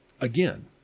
again